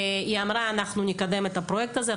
היא אמרה, אנחנו נקדם את הפרויקט הזה.